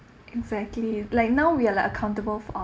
exactly like now we are like accountable for